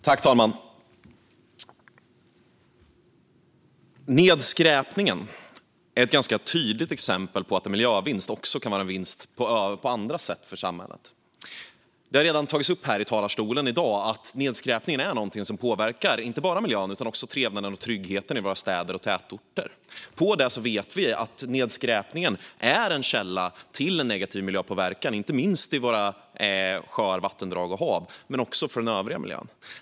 Fru talman! Nedskräpningen är ett ganska tydligt exempel på att en miljövinst också kan vara en vinst på andra sätt för samhället. Det har redan tagits upp här i talarstolen i dag att nedskräpningen är någonting som påverkar inte bara miljön utan också trevnaden och tryggheten i våra städer och tätorter. Därtill vet vi att nedskräpningen är en källa till negativ miljöpåverkan, inte minst i våra sjöar, vattendrag och hav men också för den övriga miljön.